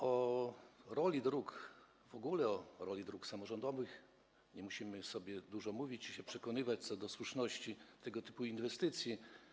O roli dróg w ogóle, o roli dróg samorządowych nie musimy sobie dużo mówić i się przekonywać co do słuszności tego typu inwestycji.